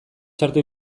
txarto